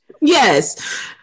Yes